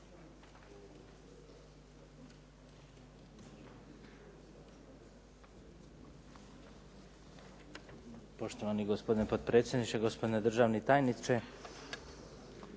Poštovani gospodine potpredsjedniče, gospodine državni tajniče.